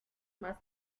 más